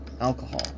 alcohol